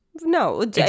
No